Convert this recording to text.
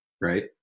right